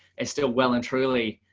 and still well and truly